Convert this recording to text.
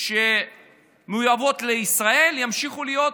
שמיובאות לישראל ימשיך להיות